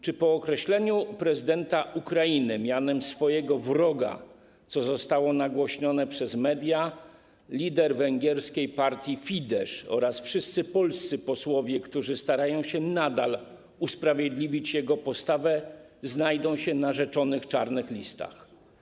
Czy po określeniu prezydenta Ukrainy mianem swojego wroga, co zostało nagłośnione przez media, lider węgierskiej partii Fidesz oraz wszyscy polscy posłowie, którzy starają się nadal usprawiedliwić jego postawę, znajdą się na rzeczonych czarnych listach?